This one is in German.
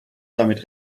damit